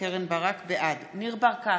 ניר ברקת,